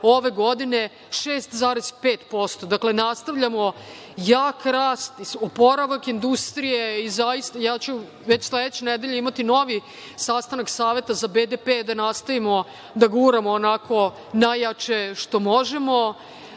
ove godine 6,5%. Dakle, nastavljamo jak rast, oporavak industrije i već sledeće nedelje ću imati novi sastanak Saveta za BDP-a, da nastavimo da guramo onako najjače što možemo. Do